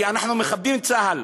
כי אנחנו מכבדים את צה"ל,